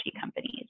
companies